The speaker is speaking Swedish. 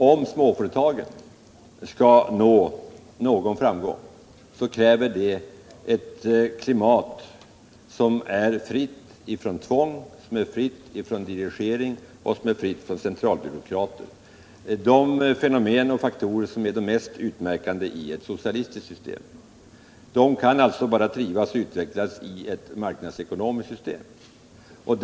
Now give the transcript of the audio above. Om småföretagen skall nå någon framgång krävs ett klimat, som är fritt från tvång, dirigering och centralbyråkrati, de fenomen och faktorer som är mest utmärkande i ett socialistiskt system. De kan trivas och utvecklas bara där dessa fenomen saknas.